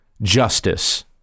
Justice